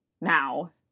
now